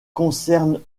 concerne